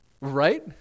Right